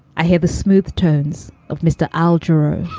i hear the smooth tones of mr. al-dura